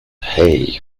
hey